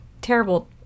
terrible